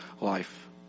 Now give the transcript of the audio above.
life